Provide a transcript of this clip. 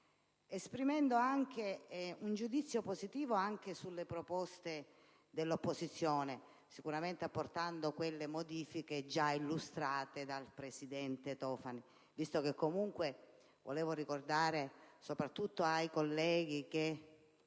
Esprimo altresì un giudizio positivo sulle proposte di risoluzione dell'opposizione, sicuramente apportando le modifiche già illustrate dal presidente Tofani, visto che comunque - volevo ricordarlo soprattutto ai colleghi che